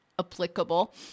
applicable